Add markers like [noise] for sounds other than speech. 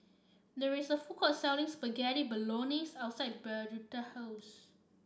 there is a food court selling Spaghetti Bolognese outside [unintelligible] house